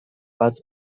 bat